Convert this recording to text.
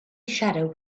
shadow